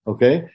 Okay